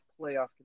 playoff